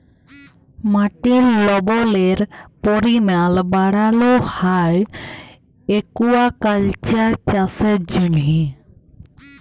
মাটির লবলের পরিমাল বাড়ালো হ্যয় একুয়াকালচার চাষের জ্যনহে